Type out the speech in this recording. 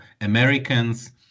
Americans